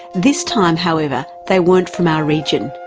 this time, however, they weren't from our region.